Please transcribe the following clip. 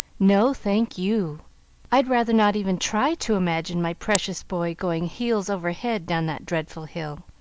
no, thank you i'd rather not even try to imagine my precious boy going heels over head down that dreadful hill.